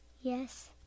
Yes